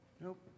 Nope